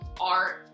art